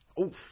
Oof